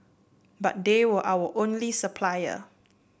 but they were our only supplier